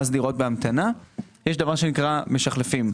יש דבר שנקרא "משחלפים".